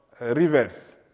rivers